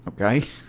okay